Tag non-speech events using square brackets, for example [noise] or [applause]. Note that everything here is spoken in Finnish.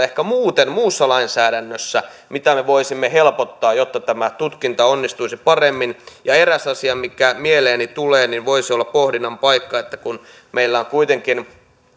[unintelligible] ehkä muuten muussa lainsäädännössä sellaisia asioita mitä me voisimme helpottaa jotta tämä tutkinta onnistuisi paremmin eräs asia mikä mieleeni tulee voisi olla pohdinnan paikka kun meillä on kuitenkin